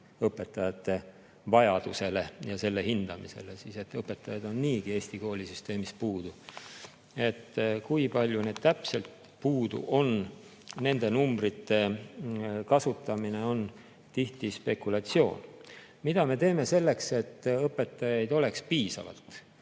õpetajate vajadusele ja selle hindamisele, et õpetajaid on niigi Eesti koolisüsteemis puudu. Kui palju neid täpselt puudu on, nende numbrite kasutamine on tihti spekulatsioon. Mida me teeme selleks, et õpetajaid oleks piisavalt?